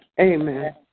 Amen